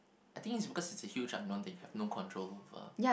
I think is because is a huge unknown thing you have no control over